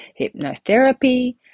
hypnotherapy